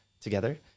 together